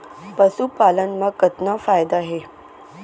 पशुपालन मा कतना फायदा हे?